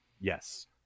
yes